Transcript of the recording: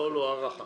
הערכה